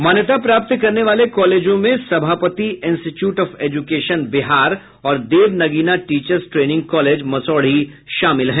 मान्यता प्राप्त करने वाली कॉलेजों सभापति इंस्टीच्यूट ऑफ एजुकेशन बिहार और Dev Nagina teachers training college Masaurhi शामिल हैं